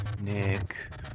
Nick